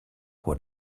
what